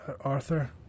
Arthur